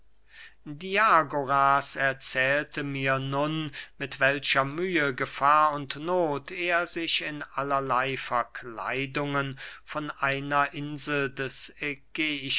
diagoras erzählte mir nun mit welcher mühe gefahr und noth er sich in allerley verkleidungen von einer insel des